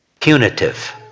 punitive